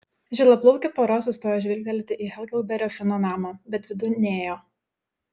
žilaplaukių pora sustojo žvilgtelėti į heklberio fino namą bet vidun nėjo